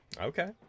Okay